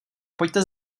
pojďte